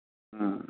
होम